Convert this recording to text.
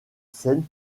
scène